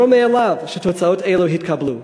ברור מאליו שתוצאות אלו התקבלו.